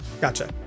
Gotcha